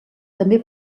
també